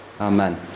amen